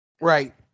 Right